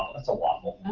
that's a waffle.